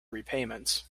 repayments